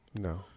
No